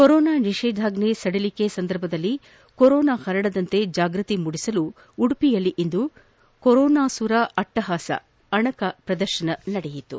corona ನಿಷೇಧಾಜ್ವೆ ಸಡಿಲಿಕೆ ಸಂದರ್ಭದಲ್ಲಿ ಸೋಂಕು ಪರಡದಂತೆ ಜಾಗೃತಿ ಮೂಡಿಸಲು ಉಡುಪಿಯಲ್ಲಿಂದು ಕೊರೊನಾಸುರ ಅಟ್ಟಹಾಸ ಅಣಕ ಪ್ರದರ್ಶನ ನಡೆಯಿತು